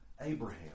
Abraham